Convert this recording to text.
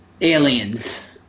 Aliens